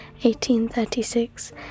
1836